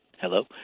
hello